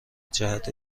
جهت